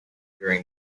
during